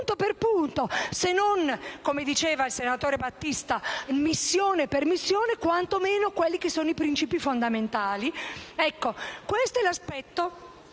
punto per punto, se non - come diceva il senatore Battista - missione per missione, quanto meno i princìpi fondamentali: questo è l'aspetto